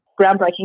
groundbreaking